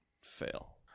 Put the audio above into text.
fail